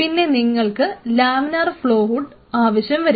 പിന്നെ നിങ്ങൾക്ക് laminar flow hood ആവശ്യം വരും